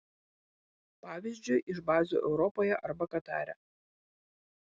pavyzdžiui iš bazių europoje arba katare